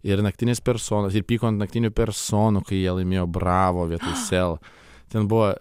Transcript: ir naktinės personos ir pyko ant naktinių personų kai jie laimėjo bravo vietoj sel ten buvo